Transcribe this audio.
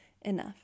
enough